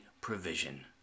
provision